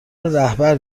رهبر